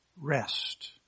Rest